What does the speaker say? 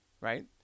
right